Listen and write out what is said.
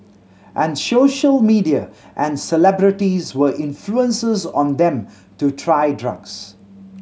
and social media and celebrities were influences on them to try drugs